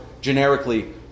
generically